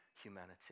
humanity